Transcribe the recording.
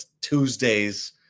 Tuesdays